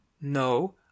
No